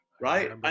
right